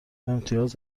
امتیاز